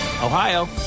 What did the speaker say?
Ohio